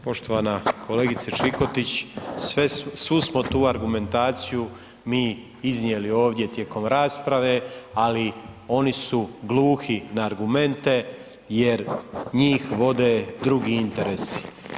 Poštovana kolegice Čikotić, svu smo tu argumentaciju mi iznijeli ovdje tijekom rasprave, ali oni su gluhi na argumente jer njih vode drugi interesi.